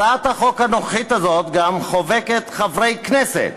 הצעת החוק הזאת חובקת גם חברי כנסת